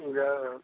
जा रहल